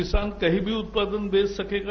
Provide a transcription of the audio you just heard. किसान कहीं भी उत्पादन बेच सकेगा